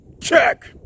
Check